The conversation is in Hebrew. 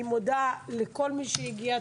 אני מודה לכל מי שהגיע.